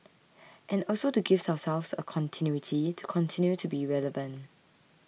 and also to give ourselves a continuity to continue to be relevant